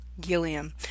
Gilliam